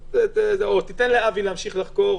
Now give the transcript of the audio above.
או תן לאבי או למשה להמשיך לחקור,